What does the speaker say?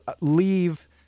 leave